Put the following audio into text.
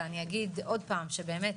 ואני אגיד עוד פעם שבאמת,